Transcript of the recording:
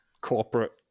corporate